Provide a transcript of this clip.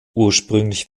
ursprünglich